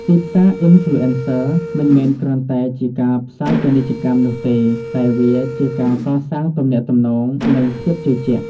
ទីផ្សារ Influencer មិនមែនគ្រាន់តែជាការផ្សាយពាណិជ្ជកម្មនោះទេ តែវាជាការកសាងទំនាក់ទំនង និងភាពជឿជាក់។